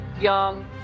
young